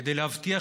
כדי להבטיח,